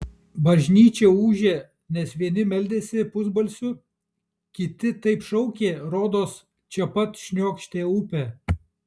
bažnyčia ūžė nes vieni meldėsi pusbalsiu kiti taip šaukė rodos čia pat šniokštė upė